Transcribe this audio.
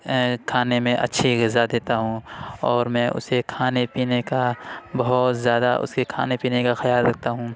کھانے میں اچھی غذا دیتا ہوں اور میں اسے کھانے پینے کا بہت زیادہ اس کے کھانے پینے کا خیال رکھتا ہوں